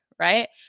Right